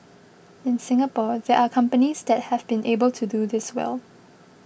in Singapore there are companies that have been able to do this well